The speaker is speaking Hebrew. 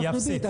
היא אפסית.